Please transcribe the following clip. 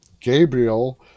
Gabriel